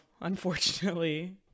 unfortunately